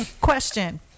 question